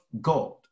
God